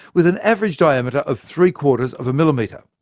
with an average diameter of three-quarters of a millimetre.